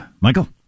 Michael